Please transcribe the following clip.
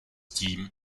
tím